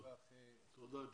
תודה.